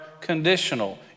conditional